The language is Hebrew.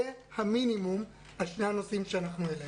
זה המינימום בשני הנושאים שאנחנו העלינו.